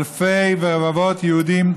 אלפי ורבבות יהודים,